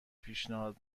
پیشنهاد